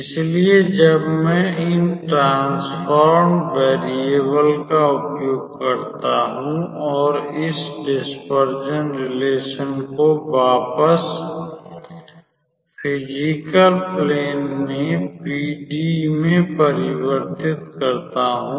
इसलिए जब मैं इन ट्रान्सफॉर्म्ड वेरियबल का उपयोग करता हूं और इस डिसपरजन रिलेशन को वापस फिजिकल प्लैन में पीडीई में परिवर्तित करता हूं